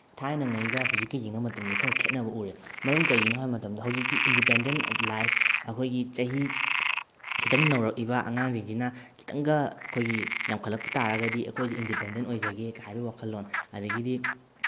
ꯊꯥꯏꯅꯉꯩꯒ ꯍꯧꯖꯤꯛꯀ ꯌꯦꯡꯅ ꯃꯇꯝꯗꯗꯤ ꯈꯔ ꯈꯦꯅꯕ ꯎꯔꯦ ꯃꯔꯝ ꯀꯩꯒꯤꯅꯣ ꯍꯥꯏꯕ ꯃꯇꯝꯗ ꯍꯧꯖꯤꯛꯇꯤ ꯏꯟꯗꯤꯄꯦꯟꯗꯦꯟ ꯑꯣꯐ ꯂꯥꯏꯞ ꯑꯩꯈꯣꯏꯒꯤ ꯆꯍꯤ ꯈꯤꯇꯪ ꯅꯧꯔꯛꯏꯕ ꯑꯉꯥꯡꯁꯤꯡꯁꯤꯅ ꯈꯤꯇꯪꯒ ꯑꯩꯈꯣꯏꯒꯤ ꯌꯥꯝꯈꯠꯂꯛꯄ ꯇꯥꯔꯒꯗꯤ ꯑꯩꯈꯣꯏꯁꯦ ꯏꯟꯗꯤꯄꯦꯟꯗꯦꯟ ꯑꯣꯏꯖꯒꯦꯀ ꯍꯥꯏꯕꯒꯤ ꯋꯥꯈꯜꯂꯣꯟ ꯑꯗꯨꯗꯒꯤꯗꯤ